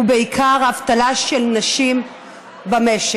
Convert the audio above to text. ובעיקר אבטלה של נשים במשק.